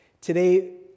Today